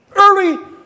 Early